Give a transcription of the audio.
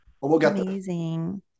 Amazing